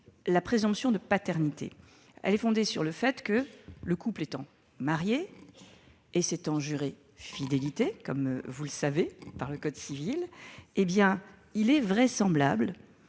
La présomption de paternité est fondée sur le fait que, le couple étant marié et s'étant juré fidélité, dans les termes prescrits par le code civil, il est vraisemblable